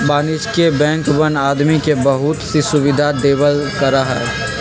वाणिज्यिक बैंकवन आदमी के बहुत सी सुविधा देवल करा हई